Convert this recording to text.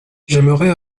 j’aimerais